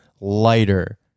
lighter